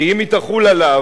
כי אם היא תחול עליו,